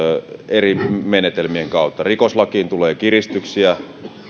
eri menetelmien kautta rikoslakiin tulee kiristyksiä